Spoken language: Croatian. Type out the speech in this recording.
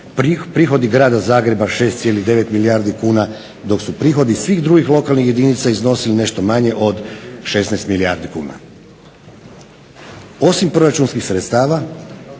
Prihodi Grada Zagreba 6,9 milijardi kuna dok su prihodi svih drugih lokalnih jedinica iznosili nešto manje od 16 milijardi kuna. Osim proračunskih sredstava